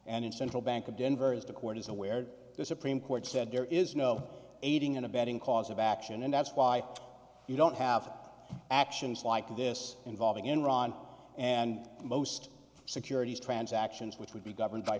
and in central bank of denver as the court is aware the supreme court said there is no aiding and abetting cause of action and that's why you don't have actions like this involving enron and most securities transactions which would be governed by